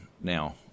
now